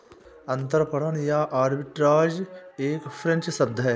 अंतरपणन या आर्बिट्राज एक फ्रेंच शब्द है